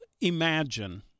imagine